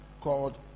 called